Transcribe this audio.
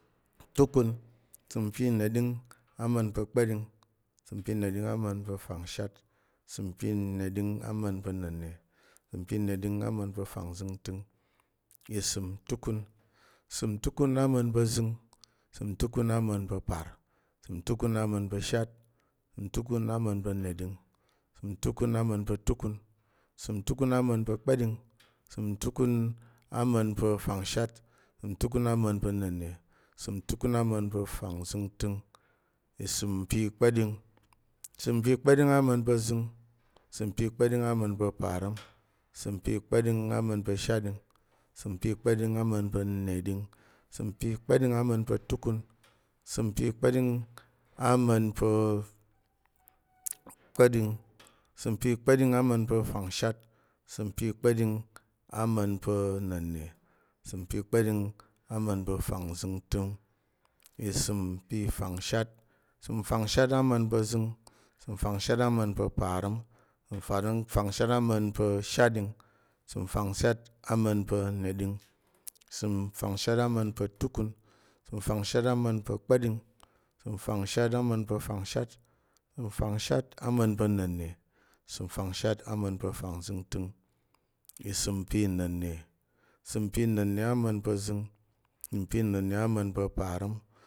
Tukun, isəm pi neɗing ama̱n pa̱ kpa̱ɗing, isəm pi neɗing ama̱n pa̱ fangshat, isəm pi neɗing ama̱n pa̱ na̱nne, isəm pi neɗing ama̱n pa̱ fangzəngtəng, isəm tukun, isəm tukun ama̱n pa̱ zəng, isəm tukun ama̱n pa̱ parəm, isəm tukun ama̱n pa̱ shatɗing, isəm tukun ama̱n pa̱ neɗing, isəm tukun ama̱n pa̱ tukun, isəm tukun ama̱n pa̱ kpa̱ɗing, isəm tukun ama̱n pa̱ fangshat, isəm tukun ama̱n pa̱ na̱nne, isəm tukun ama̱n pa̱ fangzəngtəng, isəm pi kpa̱ɗing, isəm pi kpa̱ɗing ama̱n pa̱ zəng, isəm pi kpa̱ɗing ama̱n pa̱ parəm, isəm pi kpa̱ɗing ama̱n pa̱ shatɗing, isəm pi kpa̱ɗing ama̱n pa̱ neɗing, isəm pi kpa̱ɗing ama̱n pa̱ tukun, isəm pi kpa̱ɗing ama̱n pa̱ kpa̱ɗing, isəm pi kpa̱ɗing ama̱n pa̱ fangshat, isəm pi kpa̱ɗing ama̱n pa̱ na̱nne, isəm pi kpa̱ɗing ama̱n pa̱ fangzəngtəng, isəm pi fangshat, isəm fangshat ama̱n pa̱ zəng, isəm fangshat ama̱n pa̱ parəm, isəm fangshat ama̱n pa̱ shatɗing, isəm fangshat ama̱n pa̱ neɗing, isəm fangshat ama̱n pa̱ tukun, isəm fangshat ama̱n pa̱ kpa̱ɗing, isəm fangshat ama̱n pa̱ fangshat, isəm fangshat ama̱n pa̱ na̱nne, isəm fangshat ama̱n pa̱ fangzəngtəng isəm pi na̱nne ama̱n pa̱ zən, isəm pi na̱nne ama̱n pa̱ parəm,